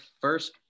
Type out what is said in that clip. first